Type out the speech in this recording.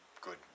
good